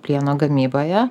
plieno gamyboje